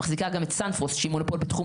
מחזיקה גם את סנפרוסט שהיא מונופול בתחום